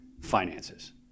finances